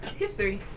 History